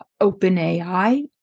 OpenAI